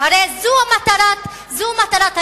הרי זו מטרת היישובים.